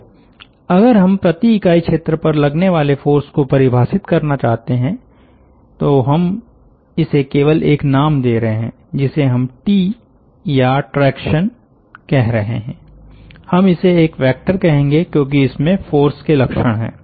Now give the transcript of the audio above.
तो अगर हम प्रति इकाई क्षेत्र पर लगने वाले फ़ोर्स को परिभाषित करना चाहते हैं तो हम इसे केवल एक नाम दे रहे हैं जिसे हम टी या ट्रैक्शन कह रहे हैं हम इसे एक वेक्टर कहेंगे क्योंकि इसमें फ़ोर्स के लक्षण है